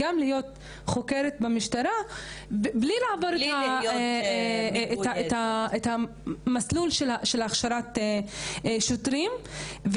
גם להיות חוקרת במשטרה בלי לעבור את המסלול להכשרת שוטרים.